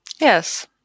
yes